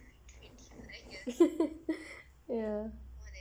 ya